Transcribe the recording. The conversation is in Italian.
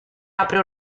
apre